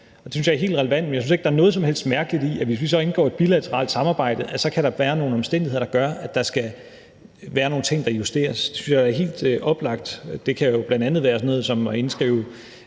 det synes jeg er helt relevant. Men jeg synes ikke, der er noget som helst mærkeligt i, at der så – hvis vi indgår et bilateralt samarbejde – kan være nogle omstændigheder, der gør, at der skal være nogle ting, der justeres. Det synes jeg er helt oplagt. Det kan jo bl.a. være sådan noget som at indskrive